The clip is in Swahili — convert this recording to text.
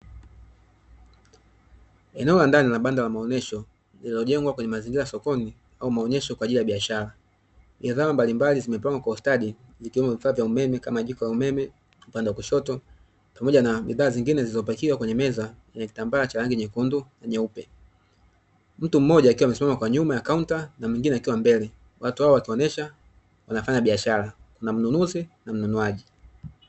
Eneo la ndani la banda la maonyesho lililojengwa kwenye mazingira ya sokoni au manyesho kwa ajili ya biashara. Bidhaa mbalimbali zimepangwa kwa ustadi ikiwemo vifaa vya umeme kama jiko la umeme upande wa kushoto pamoja na bidhaa zingine zilizopakiwa kwenye meza yenye kitambaa cha rangi nyekundu na nyeupe. Mtu mmoja akiwa amesimama kwa nyuma ya kaunta na mwingine akiwa mbele watu hao wakionyesha wanafanya biashara kuna mnunuzi na mnunuaji.